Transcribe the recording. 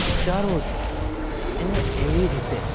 વિચારો છો એને એવી રીતે